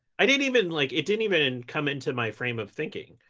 i didn't even like it didn't even come into my frame of thinking,